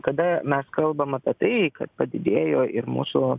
kada mes kalbam apie tai kad padidėjo ir mūsų